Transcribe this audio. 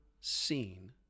seen